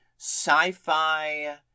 sci-fi